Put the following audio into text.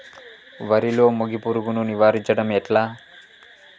వరిలో మోగి పురుగును నివారించడం ఎట్లా?